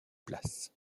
place